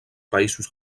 països